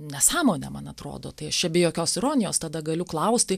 nesąmonė man atrodo tai aš čia be jokios ironijos tada galiu klausti